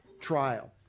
Trial